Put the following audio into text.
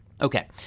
Okay